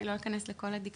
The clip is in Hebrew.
אני לא אכנס לכל הדקדוקים.